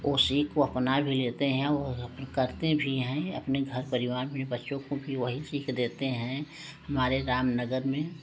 वो उसी को अपना भी लेते हैं करते भी हैं अपने घर परिवार में बच्चों को भी वही सीख देते हैं हमारे रामनगर में